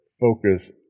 focus